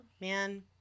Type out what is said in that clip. Man